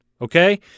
okay